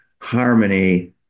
harmony